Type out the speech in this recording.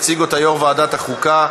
יציג אותה יושב-ראש ועדת החוקה,